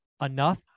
enough